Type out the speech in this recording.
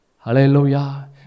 Hallelujah